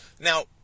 Now